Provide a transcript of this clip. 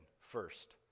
First